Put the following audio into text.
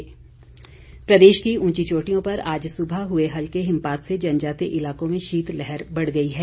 मौसम प्रदेश की उंची चोटियों पर आज सुबह हुए हल्के हिमपात से जनजातीय इलाकों में शीत लहर बढ़ गई है